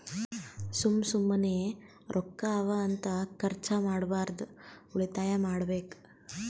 ಸುಮ್ಮ ಸುಮ್ಮನೆ ರೊಕ್ಕಾ ಅವಾ ಅಂತ ಖರ್ಚ ಮಾಡ್ಬಾರ್ದು ಉಳಿತಾಯ ಮಾಡ್ಬೇಕ್